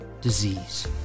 disease